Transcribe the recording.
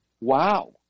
Wow